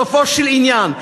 בסופו של עניין,